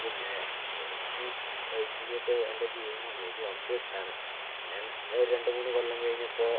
പിന്നെ എനിക്കീ ബൈക്ക്ന്ന് വെച്ചാ എൻ്റെ ജീവനാണ് എനിക്ക് വമ്പ ഇഷ്ടാണ് ഞാൻ ഒര് രെണ്ട് മൂന്ന് കൊല്ലം കയ്ഞ്ഞപ്പോ